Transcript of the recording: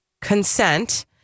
consent